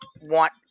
want